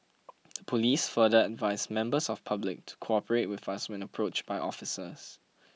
the police further advised members of public to cooperate with us when approached by officers